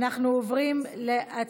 42 בעד,